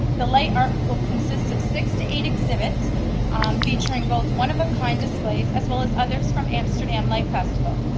the light art will consist of six to eight exhibits featuring both one of a kind displays as well as others from amsterdam light festival.